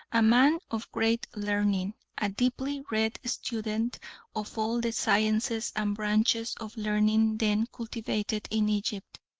a man of great learning, a deeply read student of all the sciences and branches of learning then cultivated in egypt,